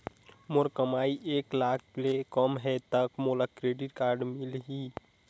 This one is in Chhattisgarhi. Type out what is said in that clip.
मोर कमाई एक लाख ले कम है ता मोला क्रेडिट कारड मिल ही?